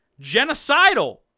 genocidal